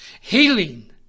healing